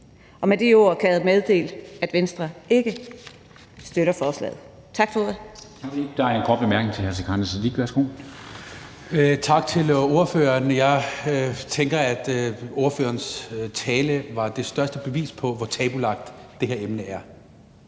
Og med de ord kan jeg meddele, at Venstre ikke støtter beslutningsforslaget. Tak for ordet.